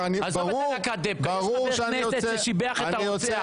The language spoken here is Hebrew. עזוב את להקת הדבקה, יש חבר כנסת ששיבח את הרוצח.